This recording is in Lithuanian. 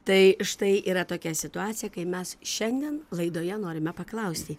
tai štai yra tokia situacija kai mes šiandien laidoje norime paklausti